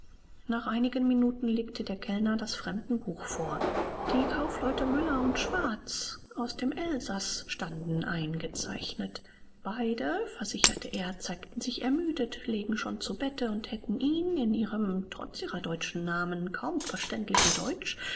nach einigen minuten legte der kellner das fremdenbuch vor die kaufleute müller und schwarz aus dem elsaß standen eingezeichnet beide versicherte er zeigten sich ermüdet lägen schon zu bette und hätten ihn in ihrem trotz ihrer deutschen namen kaum verständlichen deutsch